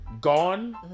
gone